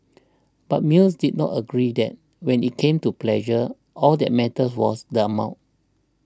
but Mill did not agree that when it came to pleasure all that mattered was the amount